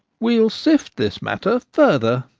we'll sift this matter further.